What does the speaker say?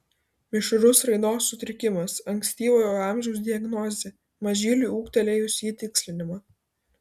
mišrus raidos sutrikimas ankstyvojo amžiaus diagnozė mažyliui ūgtelėjus ji tikslinama